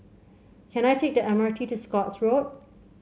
can I take the M R T to Scotts Road